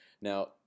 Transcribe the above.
Now